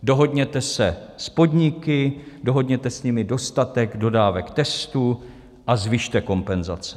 Dohodněte se s podniky, dohodněte s nimi dostatek dodávek testů a zvyšte kompenzace.